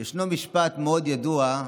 ישנו משפט ידוע מאוד: